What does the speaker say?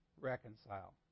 reconcile